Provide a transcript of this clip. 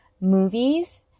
movies